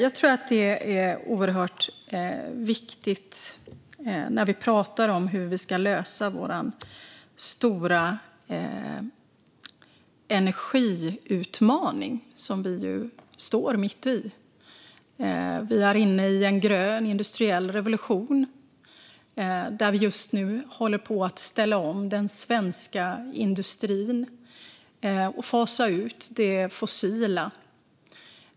När vi pratar om hur vi ska lösa den stora energiutmaning som vi ju står mitt i är det viktigt att nämna att vi är inne i en grön industriell revolution, där vi just nu håller på att ställa om den svenska industrin och fasa ut det fossila.